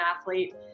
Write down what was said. athlete